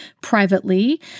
privately